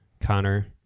Connor